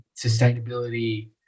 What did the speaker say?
sustainability